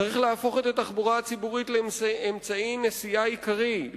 צריך להפוך את התחבורה הציבורית לאמצעי נסיעה עיקרי,